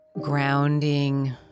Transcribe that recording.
grounding